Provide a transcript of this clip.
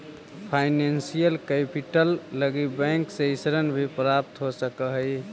financial capital लगी bank से ऋण भी प्राप्त हो सकऽ हई